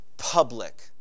Public